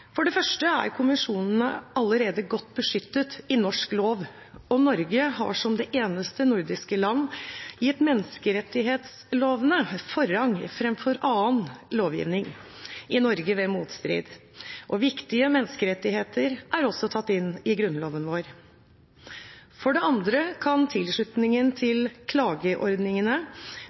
For det første er konvensjonene allerede godt beskyttet i norsk lov, og Norge har som det eneste nordiske land gitt menneskerettsloven forrang framfor annen lovgivning i Norge ved motstrid. Viktige menneskerettigheter er også tatt inn i Grunnloven. For det andre kan tilslutningen til klageordningene